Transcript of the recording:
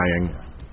dying